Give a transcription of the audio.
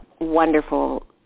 wonderful